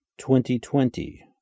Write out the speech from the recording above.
2020